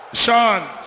Sean